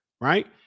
Right